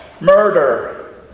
Murder